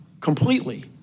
completely